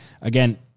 again